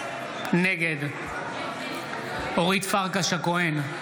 נגד אורית פרקש הכהן,